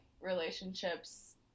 relationships